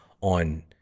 on